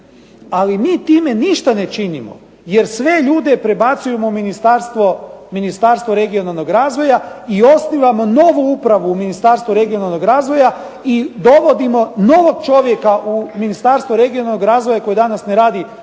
Ali mi time ništa ne činimo jer sve ljude prebacujemo u Ministarstvo regionalnog razvoja i osnivamo novu upravu u Ministarstvu regionalnog razvoja i dovodimo novog čovjeka u Ministarstvo regionalnog razvoja koji danas ne radi